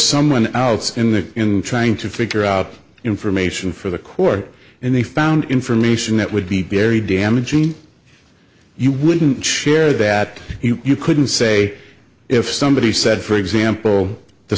someone else in the trying to figure out information for the court and they found information that would be very damaging you wouldn't share that you couldn't say if somebody said for example the